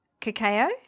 Cacao